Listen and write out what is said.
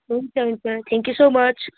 हुन्छ हुन्छ thank you so much